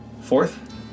Fourth